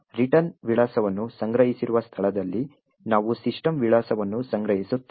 return ವಿಳಾಸವನ್ನು ಸಂಗ್ರಹಿಸಿರುವ ಸ್ಥಳದಲ್ಲಿ ನಾವು ಸಿಸ್ಟಮ್ ವಿಳಾಸವನ್ನು ಸಂಗ್ರಹಿಸುತ್ತೇವೆ